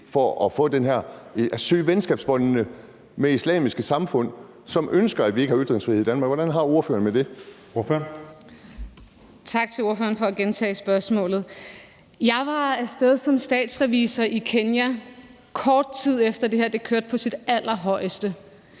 for at søge et venskabsbånd med islamiske samfund, som ønsker, at vi ikke har ytringsfrihed i Danmark? Kl. 16:20 Anden næstformand (Jeppe Søe): Ordføreren. Kl. 16:20 Monika Rubin (M): Tak til ordføreren for at gentage spørgsmålet. Jeg var af sted som statsrevisor i Kenya, kort tid efter det her kørte på sit allerhøjeste.